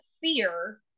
fear